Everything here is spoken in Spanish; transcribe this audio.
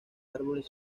árboles